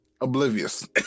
Oblivious